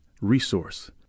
resource